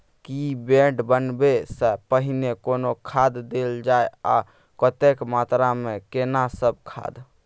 की bed बनबै सॅ पहिने कोनो खाद देल जाय आ कतेक मात्रा मे केना सब खाद?